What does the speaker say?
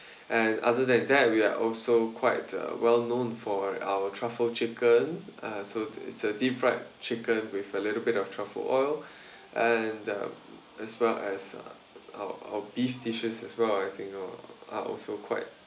and other than that we are also quite a well known for our truffle chicken so it's a deep fried chicken with a little bit of truffle oil and uh as well as uh our beef dishes as well I think you know are also quite